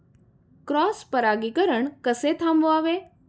Cross परागीकरण कसे थांबवावे?